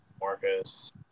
marcus